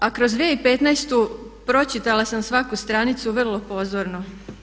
A kroz 2015. pročitala sam svaku stranicu vrlo pozorno.